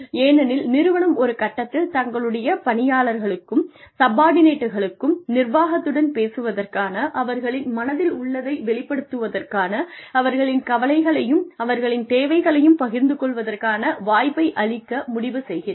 ஏனெனில் நிறுவனம் ஒரு கட்டத்தில் தங்களுடைய பணியாளர்களுக்கும் சப்பார்டினேட்களுக்கும் நிர்வாகத்துடன் பேசுவதற்கான அவர்களின் மனதில் உள்ளதை வெளிப்படுத்துவதற்கான அவர்களின் கவலைகளையும் அவர்களின் தேவைகளையும் பகிர்ந்து கொள்வதற்கான வாய்ப்பை அளிக்க முடிவு செய்கிறது